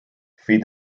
feed